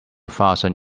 fasten